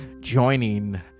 joining